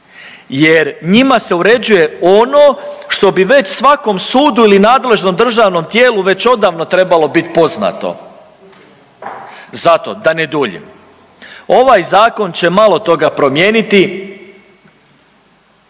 jer njima se uređuje ono što bi već svakom sudu ili nadležnom državnom tijelo već odavno trebalo bit poznato. Zato da ne duljim, ovaj zakon će malo toga promijeniti